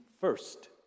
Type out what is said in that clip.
first